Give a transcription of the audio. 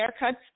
haircuts